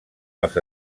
els